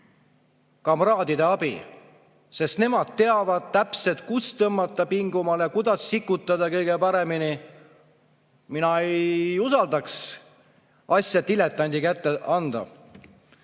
kamraadide abi, sest nemad teavad täpselt, kust tõmmata pingumale, kuidas kõige paremini sikutada. Mina ei usaldaks asja diletandi kätte.